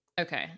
Okay